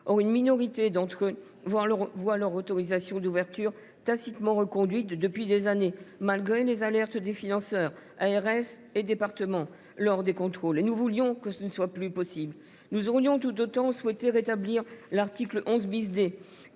Or une minorité d’entre eux voient leur autorisation d’ouverture tacitement reconduite depuis des années, malgré les alertes des financeurs – agences régionales de santé et départements – lors des contrôles. Nous voulions que ce ne soit plus possible. Nous aurions tout autant souhaité rétablir l’article 11 D,